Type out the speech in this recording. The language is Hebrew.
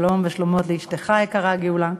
שלום ושלומות לאשתך היקרה, גאולה.